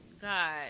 God